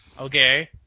Okay